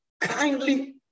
kindly